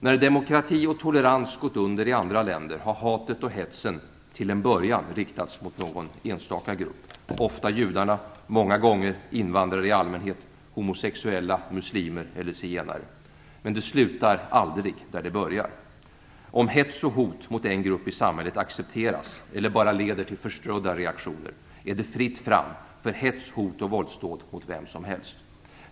När demokrati och tolerans gått under i andra länder har hatet och hetsen till en början riktats mot någon enstaka grupp, ofta judarna, många gånger invandrare i allmänhet, homosexuella, muslimer eller zigenare. Men det slutar aldrig där det börjar. Om hets och hot mot en grupp i samhället accepteras eller bara leder till förströdda reaktioner, är det fritt fram för hets, hot och våldsdåd mot vem som helst.